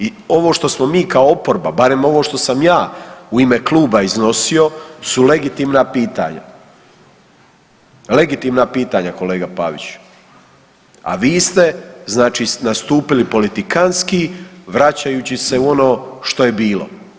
I ovo što smo mi kao oporba barem ovo što sam ja u ime Kluba iznosio su legitimna pitanja, legitimna pitanja kolega Paviću, a vi ste znači nastupili politikanski vraćajući se u ono što je bilo.